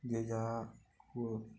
ଯେ ଯାହା କହୁ